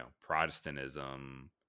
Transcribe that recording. Protestantism